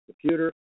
computer